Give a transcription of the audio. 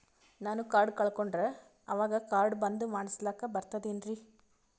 ನಾನು ಕಾರ್ಡ್ ಕಳಕೊಂಡರ ಅವಾಗ ಕಾರ್ಡ್ ಬಂದ್ ಮಾಡಸ್ಲಾಕ ಬರ್ತದೇನ್ರಿ?